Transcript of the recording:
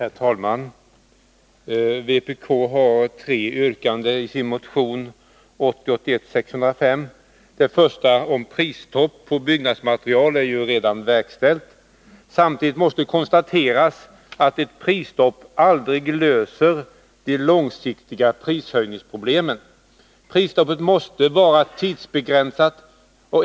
Herr talman! Vpk har tre yrkanden i sin motion 1980/81:605. Det första yrkandet, om prisstopp på byggnadsmaterial, är redan tillgodosett. Samtidigt måste konstateras att ett prisstopp aldrig löser de långsiktiga prishöjningsproblemen. Prisstoppen måste vara tidsbegränsade.